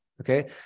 Okay